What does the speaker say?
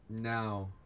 Now